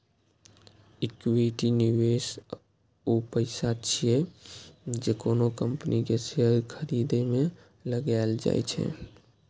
equity निवेश ऊ पैसा छियै, जे कोनो कंपनी के शेयर खरीदे मे लगाएल जाइ छै